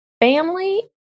Family